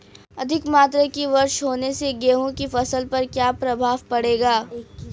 अधिक मात्रा की वर्षा होने से गेहूँ की फसल पर क्या प्रभाव पड़ेगा?